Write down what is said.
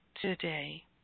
today